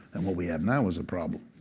and what we have now is a problem.